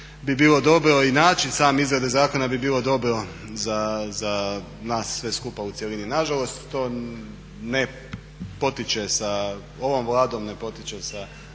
bi bilo dobro, i način sam izrade zakona bi bilo dobro za nas sve skupa u cjelini. Nažalost to ne potiče sa ovom Vladom, ne potiče sa